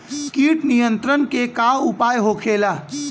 कीट नियंत्रण के का उपाय होखेला?